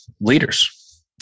leaders